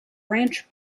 ranch